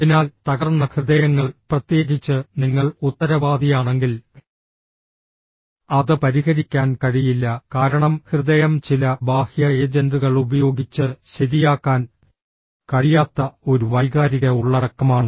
അതിനാൽ തകർന്ന ഹൃദയങ്ങൾ പ്രത്യേകിച്ച് നിങ്ങൾ ഉത്തരവാദിയാണെങ്കിൽ അത് പരിഹരിക്കാൻ കഴിയില്ല കാരണം ഹൃദയം ചില ബാഹ്യ ഏജന്റുകൾ ഉപയോഗിച്ച് ശരിയാക്കാൻ കഴിയാത്ത ഒരു വൈകാരിക ഉള്ളടക്കമാണ്